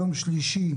היום יום שלישי,